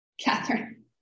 Catherine